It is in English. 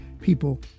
people